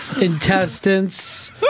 intestines